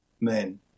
men